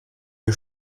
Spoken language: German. mir